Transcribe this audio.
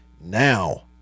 now